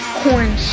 corn